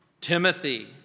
Timothy